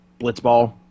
Blitzball